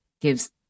gives